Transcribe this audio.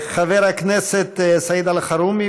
חבר הכנסת סעיד אלחרומי,